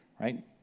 right